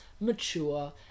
mature